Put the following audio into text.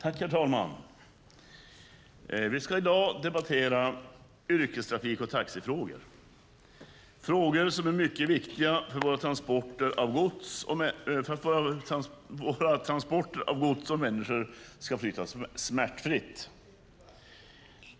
Herr talman! Vi ska i dag debattera yrkestrafik och taxifrågor. Det är frågor som är mycket viktiga för att våra transporter av gods och människor ska flyta smärtfritt.